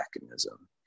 mechanism